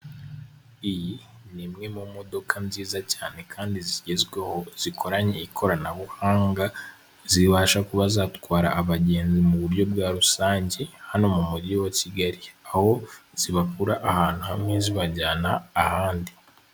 Iyi ni imwe mu modoka nziza cyane kandi zigezweho zikoranye ikoranabuhanga zibasha kuba zatwara abagenzi mu buryo bwa rusange hano mu mujyi wa Kigali aho zibakura ahantu hamwe zibajyana ahandi.